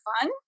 fun